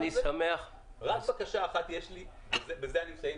יש לי רק בקשה אחת ובזה אני מסיים.